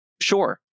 Sure